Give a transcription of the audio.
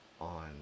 on